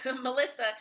Melissa